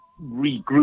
regroup